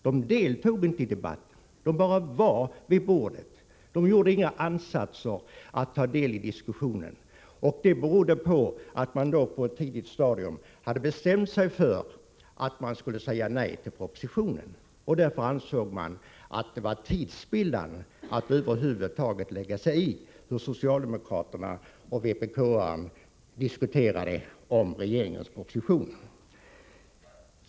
De deltog inte i debatten. De bara satt vid bordet och gjorde inga ansatser att bidra till diskussionen. Detta berodde på att man på ett tidigt stadium hade bestämt sig för att säga nej till propositionen. Därför ansåg man att det var tidsspillan att över huvud taget lägga sig i socialdemokraternas och vpk-arnas diskussion om regeringens proposition.